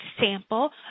sample